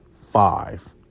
five